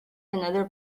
another